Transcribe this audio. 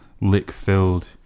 lick-filled